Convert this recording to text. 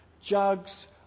jugs